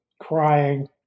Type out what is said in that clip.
crying